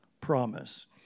promise